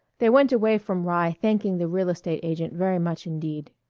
they went away from rye thanking the real estate agent very much indeed.